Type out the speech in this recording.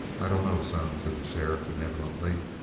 i dunno, son, said the sheriff benevolently.